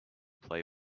play